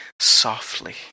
softly